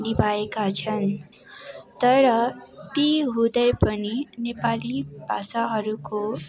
निभाएका छन् तर ती हुँदै पनि नेपाली भाषाहरूको